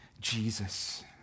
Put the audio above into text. Jesus